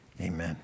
amen